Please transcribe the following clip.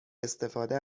استفاده